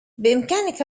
بإمكانك